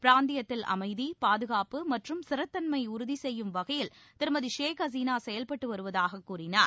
பிராந்தியத்தில் அமைதி பாதுகாப்பு மற்றும் ஸ்திரத்தன்மையை உறுதி செய்யும் வகையில் திருமதி ஷேக் ஹசீனா செயல்பட்டு வருவதாக கூறினார்